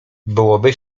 byłoby